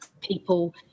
people